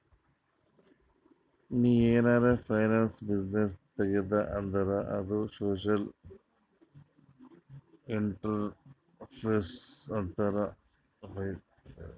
ನೀ ಏನಾರೆ finance business ತೆಗ್ದಿ ಅಂದುರ್ ಅದು ಸೋಶಿಯಲ್ ಇಂಟ್ರಪ್ರಿನರ್ಶಿಪ್ ಅಂತಾರ್